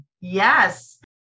Yes